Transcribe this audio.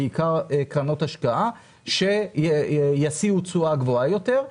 בעיקר קרנות השקעה שישיאו תשואה גבוהה יותר.